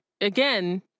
again